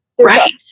right